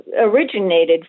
originated